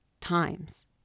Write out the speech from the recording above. times